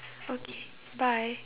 okay bye